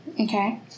Okay